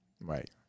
Right